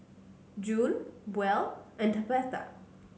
June Buell and Tabatha